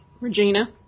Regina